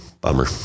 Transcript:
Bummer